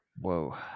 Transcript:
Whoa